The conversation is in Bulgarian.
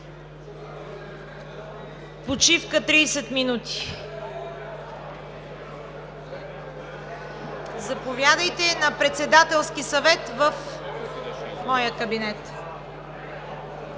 Почивка 30 минути. Заповядайте на Председателски съвет в моя кабинет,